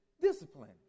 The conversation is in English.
discipline